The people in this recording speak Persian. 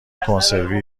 کنسروی